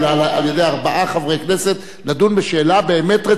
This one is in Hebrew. ארבעה חברי כנסת לדון בשאלה באמת רצינית ביותר.